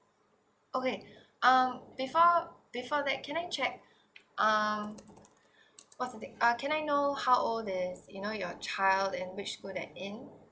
okay uh before before that can I check um what's uh can I know how old is you know your child and which school they in